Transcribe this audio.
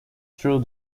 through